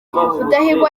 rudahigwa